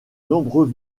nombreux